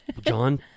John